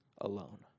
alone